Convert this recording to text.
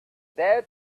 day